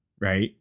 Right